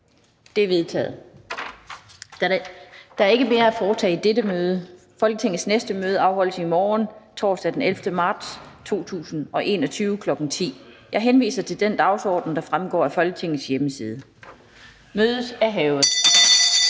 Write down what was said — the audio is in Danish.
(Annette Lind): Der er ikke mere at foretage i dette møde. Folketingets næste møde afholdes i morgen, torsdag den 11. marts 2021, kl. 10.00. Jeg henviser til den dagsorden, der fremgår af Folketingets hjemmeside. Mødet er hævet.